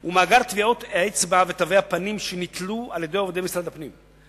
הוא מאגר טביעות האצבע ותווי הפנים שניטלו על-ידי עובדי משרד הפנים.